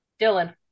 Dylan